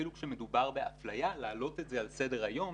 אפילו כשמדובר באפליה להעלות את על סדר היום,